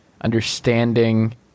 Understanding